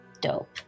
Dope